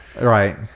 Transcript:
Right